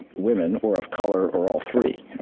women, or of color, or all three.